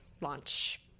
launch